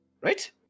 Right